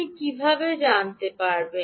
আপনি কীভাবে জানতে পারবেন